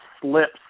slips